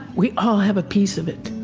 we all have a piece of it.